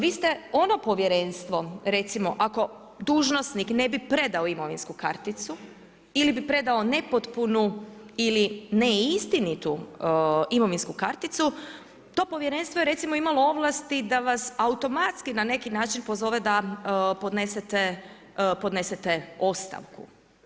Vi ste ono povjerenstvo, recimo ako dužnosnik ne bi predao imovinsku karticu ili bi predao nepotpunu ili neistinitu imovinsku karticu, to povjerenstvo je recimo imalo ovlasti da vas automatski na neki način pozove da podnesete ostavku.